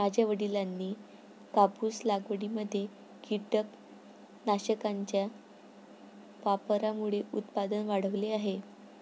माझ्या वडिलांनी कापूस लागवडीमध्ये कीटकनाशकांच्या वापरामुळे उत्पादन वाढवले आहे